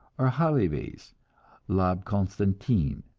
or halevy's l'abbe constantin.